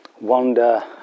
wander